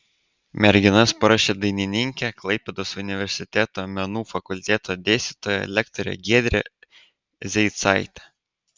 merginas paruošė dainininkė klaipėdos universiteto menų fakulteto dėstytoja lektorė giedrė zeicaitė